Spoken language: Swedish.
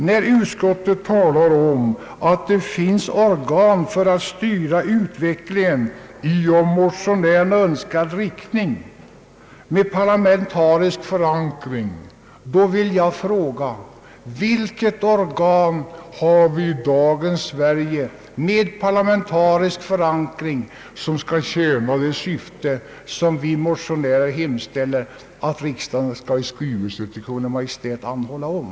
När det i utskottsutlåtandet omnämnes att det finns organ för att styra utvecklingen i av motionärerna önskad riktning med parlamentarisk förankring, så vill jag fråga: Vilket organ finns det i dagens Sverige med parlamenta risk förankring som skall tjäna det syfte som vi motionärer hemställer att riksdagen i skrivelse till Kungl. Maj:t skall anhålla om?